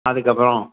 அதுக்கப்புறம்